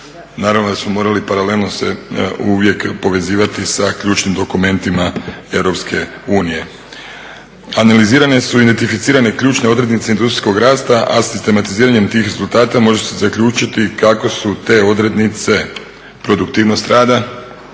Naravno da smo morali paralelno se uvijek povezivati sa ključnim dokumentima EU. Analizirane su i identificirane ključne odrednice industrijskog rasta a sistematiziranjem tih rezultata može se zaključiti kako su te odrednice produktivnost rada,